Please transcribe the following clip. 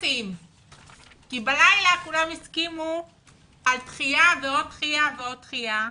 כי בלילה כולם הסכימו על דחיה ועוד דחיה ועוד דחיה,